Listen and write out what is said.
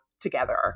together